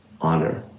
honor